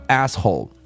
asshole